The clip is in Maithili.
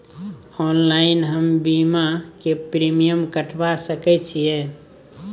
ऑनलाइन हम बीमा के प्रीमियम कटवा सके छिए?